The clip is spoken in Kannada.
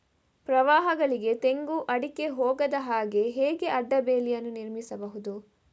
ಪ್ರವಾಹಗಳಿಗೆ ತೆಂಗು, ಅಡಿಕೆ ಹೋಗದ ಹಾಗೆ ಹೇಗೆ ಅಡ್ಡ ಬೇಲಿಯನ್ನು ನಿರ್ಮಿಸಬಹುದು?